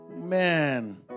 man